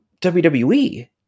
WWE